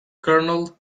colonel